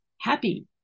happy